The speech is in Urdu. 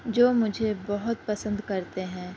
جو مجھے بہت پسند کرتے ہیں